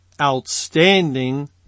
outstanding